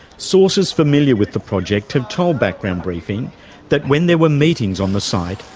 sources familiar with the project have told background briefing that when there were meetings on the site,